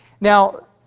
Now